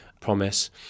promise